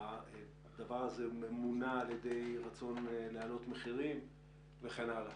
ואם הדבר מונע מרצון להעלות מחירים וכן הלאה.